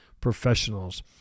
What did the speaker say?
professionals